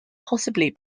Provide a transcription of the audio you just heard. possibly